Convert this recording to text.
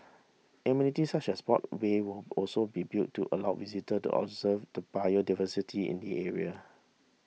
amenities such as boardwalks will also be built to allow visitors to observe the biodiversity in the area